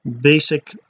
basic